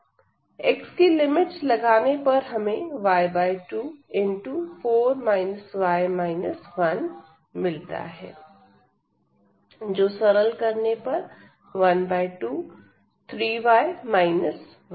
x की limits लगाने पर हमें y2 मिलता है जो सरल करने पर 1 2है